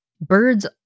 Birds